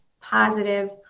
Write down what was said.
positive